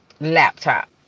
Laptop